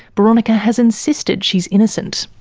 boronika has insisted she's innocent.